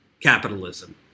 capitalism